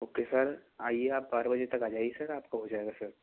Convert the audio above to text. okay sir आइए आप बारह बजे तक आ जाइए सर आपका हो जाएगा सर